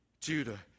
Judah